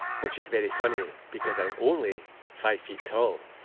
which is very funny because i'm only five-feet-tall.